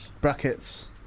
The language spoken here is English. Brackets